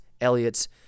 Elliots